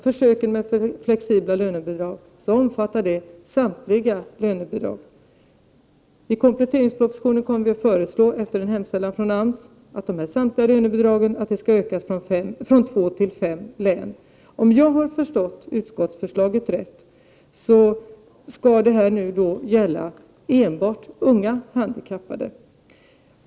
Försöken med flexibla lönebidrag omfattar samtliga lönebidrag. I kompletteringspropositionen kommer vi att föreslå, efter en hemställan från AMS, att försöken med de här flexibla lönebidragen skall utökas — från två till fem län. Om jag har förstått utskottsförslaget rätt, skall detta gälla enbart unga handikappade.